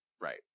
Right